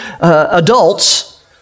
adults